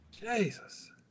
Jesus